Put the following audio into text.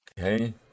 Okay